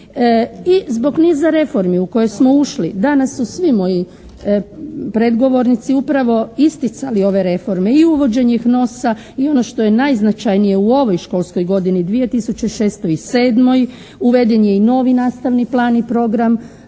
i zbog niza reformi u koje smo ušli. Danas su svi moji predgovornici upravo isticali ove reforme i uvođenje HNOS-a i ono što je najznačajnije u ovoj školskoj godini 2006. i 2007. uveden je novi nastavni plan i program